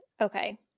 okay